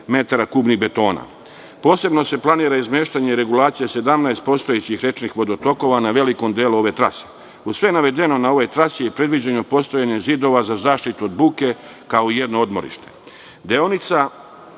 betona. Posebno se planira izmeštanje regulacije 17 postojećih rečnih vodotokova na velikom delu ove trase. Uz sve navedeno, na ovoj trasi je predviđeno postojanje zidova za zaštitu od buke kao jedno odmorište. Deonica